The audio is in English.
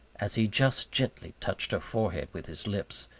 as he just gently touched her forehead with his lips,